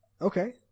Okay